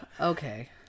Okay